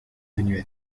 venu